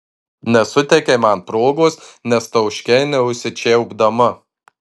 nesuteikei man progos nes tauškei nesusičiaupdama